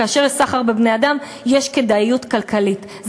כאשר יש סחר בבני-אדם יש כדאיות כלכלית,